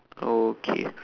okay